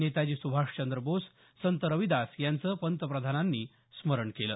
नेताजी सुभाषचंद्र बोस संत रविदास यांचं पंतप्रधानांनी स्मरण केलं